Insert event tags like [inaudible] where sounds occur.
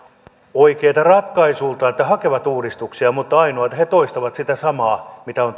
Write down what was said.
oikeita ratkaisuiltaan että hakevat uudistuksia mutta ainoa on se että he toistavat sitä samaa mitä on [unintelligible]